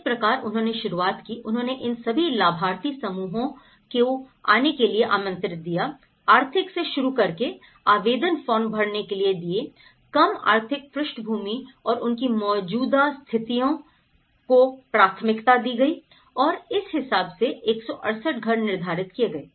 इस प्रकार उन्होंने शुरुआत की उन्होंने इन सभी लाभार्थी समूहों को आने के लिए आमंत्रित दीया आर्थिक से शुरू करके आवेदन फॉर्म भरने के लिए दिए कम आर्थिक पृष्ठभूमि और उनकी मौजूदा स्थितियाँ को प्राथमिकता दी गई है और इस हिसाब से 168 घर निर्धारित किए गए